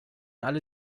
alle